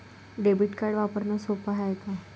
Debit card वापरणं सोप हाय का?